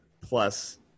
plus